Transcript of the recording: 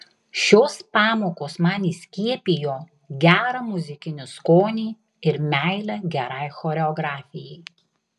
šios pamokos man įskiepijo gerą muzikinį skonį ir meilę gerai choreografijai